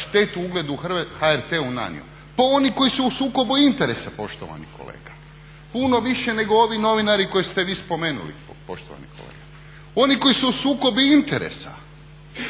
štetu ugledu HRT-a nanio, pa oni koji su u sukobu interesa poštovani kolega, puno više nego ovi novinari koje ste vi spomenuli poštovani kolega. Oni koji su u sukobu interesa,